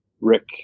Rick